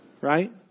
right